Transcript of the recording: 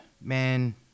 man